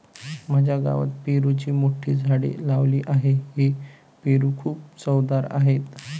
माझ्या गावात पेरूची मोठी झाडे लावली आहेत, हे पेरू खूप चवदार आहेत